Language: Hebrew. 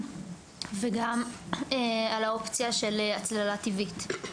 וגם על האופציה של הצללה טבעית.